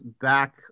back